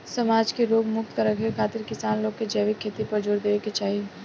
समाज के रोग मुक्त रखे खातिर किसान लोग के जैविक खेती पर जोर देवे के चाही